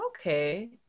Okay